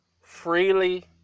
freely